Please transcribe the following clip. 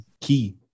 key